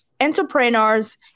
entrepreneurs